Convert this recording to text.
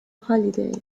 holiday